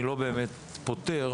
את הרופאים - כי אני לא באמת פוטר